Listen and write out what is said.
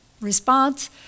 response